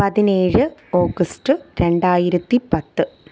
പതിനേഴ് ഓഗസ്റ്റ് രണ്ടായിരത്തി പത്ത്